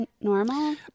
normal